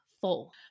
full